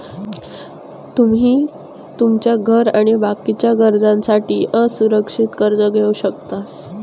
तुमी तुमच्या घर आणि बाकीच्या गरजांसाठी असुरक्षित कर्ज घेवक शकतास